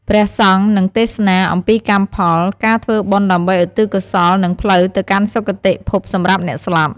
ព្រះសង្ឃនឹងទេសនា អំពីកម្មផល ការធ្វើបុណ្យដើម្បីឧទ្ទិសកុសល និងផ្លូវទៅកាន់សុគតិភពសម្រាប់អ្នកស្លាប់។